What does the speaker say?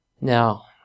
Now